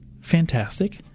fantastic